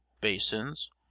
basins